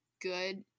good